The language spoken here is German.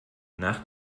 nach